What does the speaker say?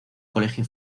colegio